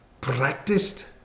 practiced